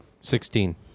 Sixteen